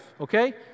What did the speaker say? okay